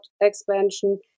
expansion